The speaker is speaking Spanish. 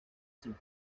sin